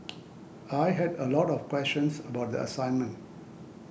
I had a lot of questions about the assignment